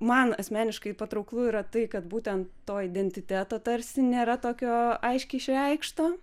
man asmeniškai patrauklu yra tai kad būtent to identiteto tarsi nėra tokio aiškiai išreikšto